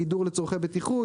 גידור לצרכי בטיחות,